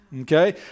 okay